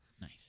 Nice